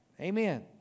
Amen